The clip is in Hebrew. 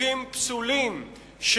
חוקים פסולים,